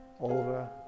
over